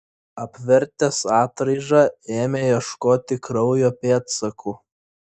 apvertęs atraižą ėmė ieškoti kraujo pėdsakų